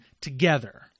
together